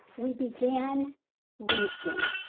we began reading.